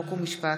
חוק ומשפט